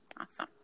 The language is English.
Awesome